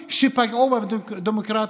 מפקדים,